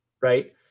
right